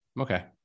Okay